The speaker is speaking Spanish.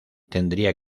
tendría